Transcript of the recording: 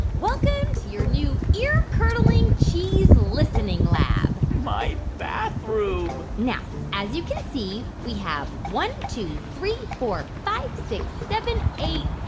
welcome to your new ear-curdling cheese-listening lab my bathroom now, as you can see, we have one, two, three, four, five, six, seven, eight,